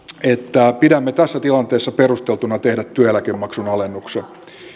että pidämme tässä tilanteessa perusteltuna tehdä työeläkemaksun alennuksen